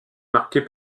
marquée